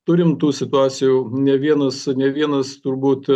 turim tų situacijų ne vienas ne vienas turbūt